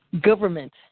government